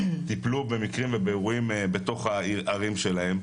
טיפלו במקרים ובאירועים בתוך הערים שלהם,